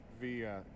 via